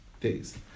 days